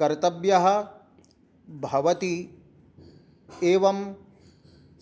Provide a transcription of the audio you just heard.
कर्तव्यः भवति एवं